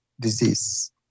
disease